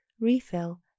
Refill